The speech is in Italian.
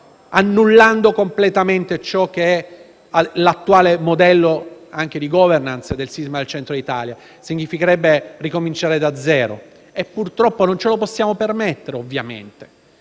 annullando completamente l'attuale modello, anche di *governance*, del sisma del Centro Italia, in quanto significherebbe ricominciare da zero e purtroppo non ce lo possiamo permettere. Dobbiamo